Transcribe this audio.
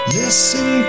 listen